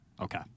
Okay